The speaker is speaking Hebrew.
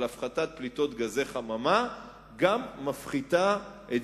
אבל הפחתת פליטות גזי חממה גם מפחיתה את